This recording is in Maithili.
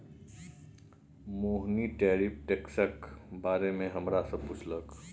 मोहिनी टैरिफ टैक्सक बारे मे हमरा सँ पुछलक